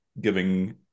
giving